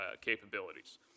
capabilities